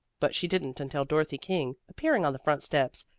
but she didn't until dorothy king, appearing on the front steps,